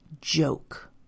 joke